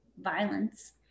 violence